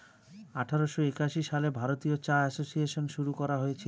আঠারোশো একাশি সালে ভারতীয় চা এসোসিয়েসন শুরু করা হয়েছিল